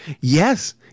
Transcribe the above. yes